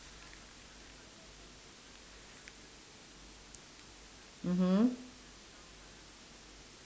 mmhmm